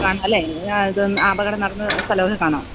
കാണാം അല്ലേ അപകടം നടന്ന സ്ഥലങ്ങളൊക്കെ കാണാം